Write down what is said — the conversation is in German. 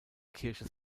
kirche